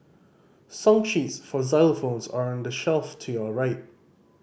song sheets for xylophones are on the shelf to your right